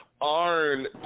Arn